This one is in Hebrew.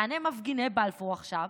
היכן הם מפגיני בלפור עכשיו?